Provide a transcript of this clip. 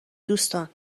دوستان